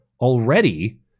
already